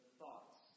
thoughts